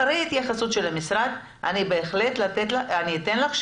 אחרי ההתייחסות של המשרד אני אתן לך,